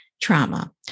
trauma